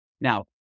Now